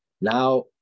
Now